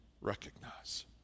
recognize